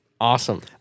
awesome